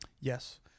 Yes